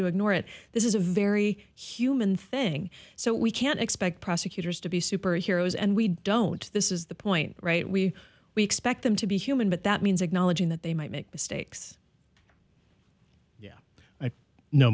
to ignore it this is a very human thing so we can't expect prosecutors to be superheroes and we don't this is the point right we we expect them to be human but that means acknowledging that they might make mistakes yeah i know